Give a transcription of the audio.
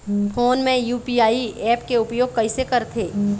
Phone मे UPI app के उपयोग कइसे करथे?